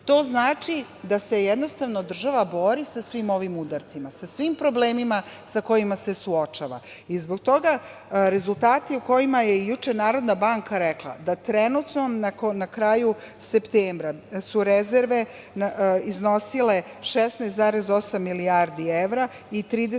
To znači da se jednostavno država bori sa svim ovim udarcima, sa svim problemima sa kojima se suočava. Zbog toga rezultati, o kojima je juče Narodna banka rekla da trenutno na kraju septembra su rezerve iznosile 16,8 milijardi evra i 30,3 tona